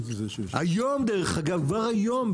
כבר היום,